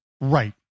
Right